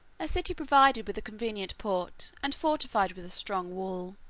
a city provided with a convenient port, and fortified with a strong wall.